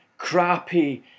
Crappy